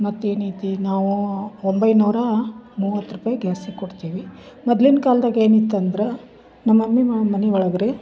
ಮತ್ತೇನು ಐತಿ ನಾವು ಒಂಬೈನೂರ ಮೂವತ್ತು ರೂಪಾಯಿ ಗ್ಯಾಸಿಗೆ ಕೊಡ್ತೀವಿ ಮೊದ್ಲಿನ ಕಾಲ್ದಾಗ ಏನು ಇತ್ತಂದ್ರೆ ನಮ್ಮ ಮಮ್ಮಿ ಮನೆ ಒಳಗೆ ರೀ